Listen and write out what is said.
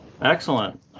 Excellent